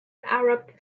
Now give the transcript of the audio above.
arab